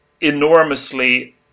enormously